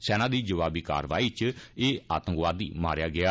सेना दी जवाबी कारवाई इच एह आतंकी मारेआ गेआ